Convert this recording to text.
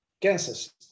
Kansas